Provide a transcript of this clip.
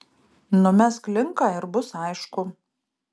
numesk linką ir bus aišku